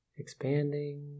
expanding